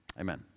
Amen